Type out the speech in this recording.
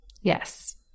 Yes